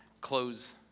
close